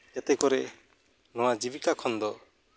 ᱡᱟᱛᱮ ᱠᱚᱨᱮ ᱱᱚᱣᱟ ᱡᱤᱵᱤᱠᱟ ᱠᱷᱚᱱ ᱫᱚ